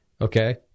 okay